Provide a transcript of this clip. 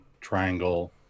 triangle